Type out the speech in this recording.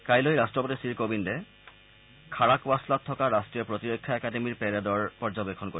কাইলৈ ৰাষ্ট্ৰপতি শ্ৰীকোবিন্দে খাড়াকৱাছ্লাত থকা ৰাষ্ট্ৰীয় প্ৰতিৰক্ষা একাডেমীৰ পেৰেডৰ পৰ্যবেক্ষণ কৰিব